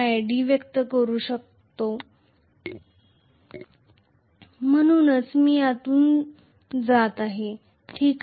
d व्यक्त करू इच्छित आहे म्हणूनच मी यातून जात आहे ठीक आहे